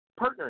partnering